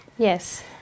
Yes